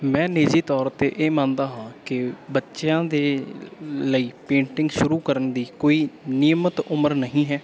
ਮੈਂ ਨਿੱਜੀ ਤੌਰ 'ਤੇ ਇਹ ਮੰਨਦਾ ਹਾਂ ਕਿ ਬੱਚਿਆਂ ਦੇ ਲਈ ਪੇਂਟਿੰਗ ਸ਼ੁਰੂ ਕਰਨ ਦੀ ਕੋਈ ਨਿਯਮਤ ਉਮਰ ਨਹੀਂ ਹੈ